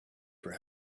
for